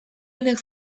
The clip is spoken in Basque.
honek